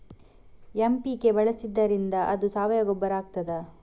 MPK ಬಳಸಿದ್ದರಿಂದ ಅದು ಸಾವಯವ ಗೊಬ್ಬರ ಆಗ್ತದ?